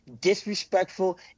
disrespectful